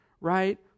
right